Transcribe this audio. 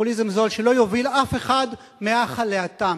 פופוליזם זול שלא יוביל אף אחד מהכא להתם.